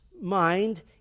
mind